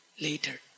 later